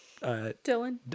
Dylan